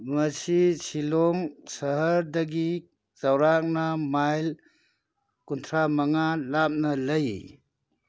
ꯃꯁꯤ ꯁꯤꯂꯣꯡ ꯁꯍꯔꯗꯒꯤ ꯆꯥꯎꯔꯥꯛꯅ ꯃꯥꯏꯜ ꯀꯨꯟꯊ꯭ꯔꯥ ꯃꯉꯥ ꯂꯥꯞꯅ ꯂꯩ